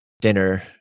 dinner